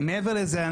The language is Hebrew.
מעבר לזה,